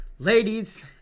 Ladies